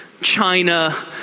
China